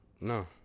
No